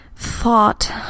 Thought